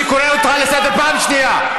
אני קורא אותך לסדר פעם שנייה.